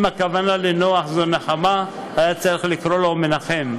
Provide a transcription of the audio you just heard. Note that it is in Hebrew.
אם הכוונה לנח זו נחמה, היה צריך לקרוא לו מנחם.